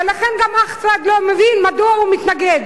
ולכן גם אף אחד לא מבין מדוע הוא מתנגד.